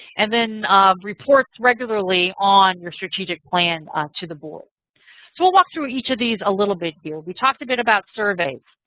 and then reports regularly on your strategic plan to the board. so we'll walk through each of these a little bit here. we talked a bit about surveys.